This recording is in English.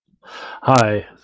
Hi